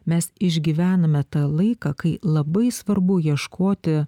mes išgyvename tą laiką kai labai svarbu ieškoti